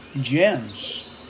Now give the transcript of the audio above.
gems